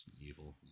Evil